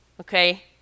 Okay